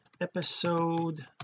episode